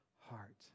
heart